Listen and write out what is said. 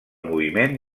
moviment